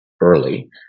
early